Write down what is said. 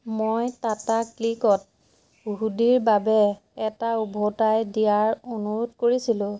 মই টাটা ক্লিকত হুডিৰ বাবে এটা উভতাই দিয়াৰ অনুৰোধ কৰিছিলোঁ